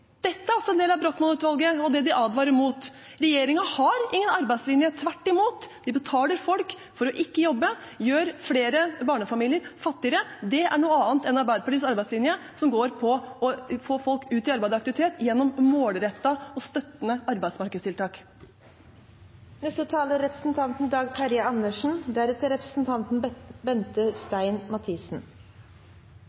Dette er også en del av Brochmann-utvalget og det de advarer mot. Regjeringen har ingen arbeidslinje, tvert imot. De betaler folk for ikke å jobbe og gjør flere barnefamilier fattigere. Det er noe annet enn Arbeiderpartiets arbeidslinje, som går på å få folk ut i arbeid og aktivitet gjennom målrettede og støttende arbeidsmarkedstiltak.